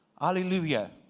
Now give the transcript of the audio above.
hallelujah